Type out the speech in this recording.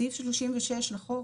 סעיף 36 לחוק,